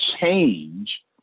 change